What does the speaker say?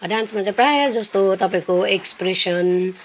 डान्समा चाहिँ प्रायः जस्तो तपाईँको एक्सप्रेसन